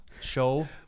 show